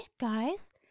guys